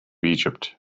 egypt